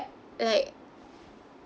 like